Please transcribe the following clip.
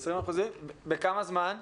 בכמה זמן?